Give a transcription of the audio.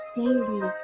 daily